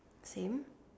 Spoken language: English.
same